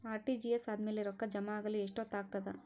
RTGS ಆದ್ಮೇಲೆ ರೊಕ್ಕ ಜಮಾ ಆಗಲು ಎಷ್ಟೊತ್ ಆಗತದ?